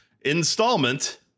installment